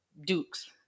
Duke's